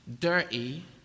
dirty